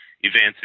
events